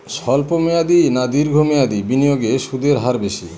স্বল্প মেয়াদী না দীর্ঘ মেয়াদী বিনিয়োগে সুদের হার বেশী?